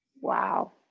Wow